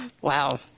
Wow